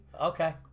Okay